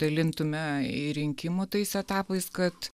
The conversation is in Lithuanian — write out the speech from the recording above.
dalintume į rinkimų tais etapais kad